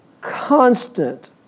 constant